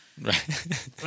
Right